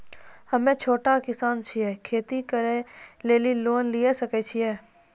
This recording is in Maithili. हम्मे छोटा किसान छियै, खेती करे लेली लोन लिये सकय छियै?